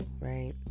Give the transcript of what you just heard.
right